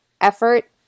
effort